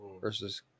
versus